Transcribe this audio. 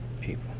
people